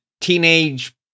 teenage